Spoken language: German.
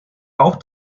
auch